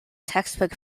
textbook